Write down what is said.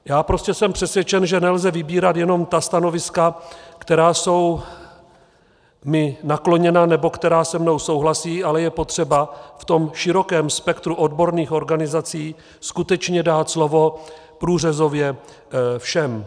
Jsem prostě přesvědčen, že nelze vybírat jenom ta stanoviska, která jsou mi nakloněna nebo která se mnou souhlasí, ale je potřeba v tom širokém spektru odborných organizací skutečně dát slovo průřezově všem.